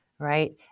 right